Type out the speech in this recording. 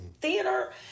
theater